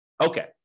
Okay